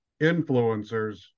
influencers